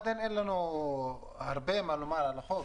עדיין אין לנו הרבה מה לומר על החוק.